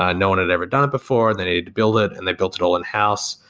ah no one had ever done it before. they needed to build it and they built it all in-house.